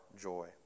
joy